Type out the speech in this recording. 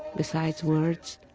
besides words,